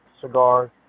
cigar